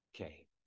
Okay